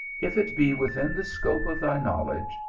if it be within the scope of thy knowledge,